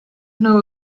know